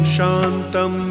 Shantam